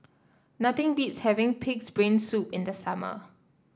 nothing beats having pig's brain soup in the summer